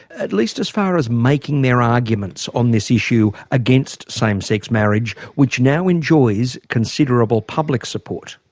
at least as far as making their arguments on this issue against same-sex marriage, which now enjoys considerable public support?